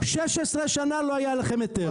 16 שנה לא היה לכם היתר.